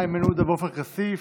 איימן עודה ועופר כסיף.